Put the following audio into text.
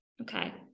okay